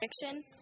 fiction